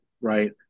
right